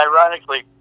ironically